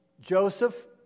Joseph